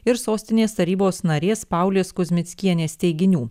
ir sostinės tarybos narės paulės kuzmickienės teiginių